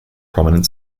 prominent